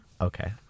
Okay